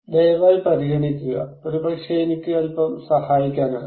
ദയവായി പരിഗണിക്കുക ഒരുപക്ഷേ എനിക്ക് അൽപ്പം സഹായിക്കാനാകും